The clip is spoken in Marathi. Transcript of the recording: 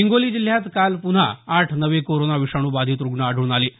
हिंगोली जिल्ह्यात काल पुन्हा आठ नवे कोरोना विषाणू बाधित रूग्ण आढळून आले आहेत